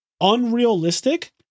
unrealistic